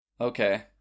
Okay